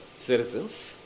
Citizens